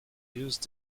used